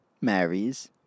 marries